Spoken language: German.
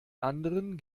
anderen